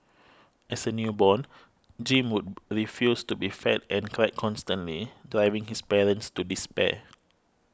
as a newborn Jim would refuse to be fed and cried constantly driving his parents to despair